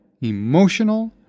emotional